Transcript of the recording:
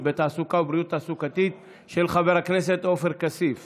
ותעבור אף היא להידון בוועדת הכלכלה.